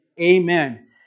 Amen